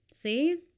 See